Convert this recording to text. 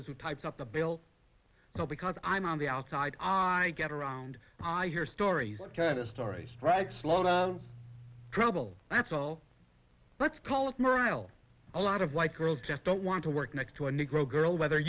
who types up the bill now because i'm on the outside on i get around i hear stories what kind of story strikes lot of trouble that's all let's call it morale a lot of white girls just don't want to work next to a negro girl whether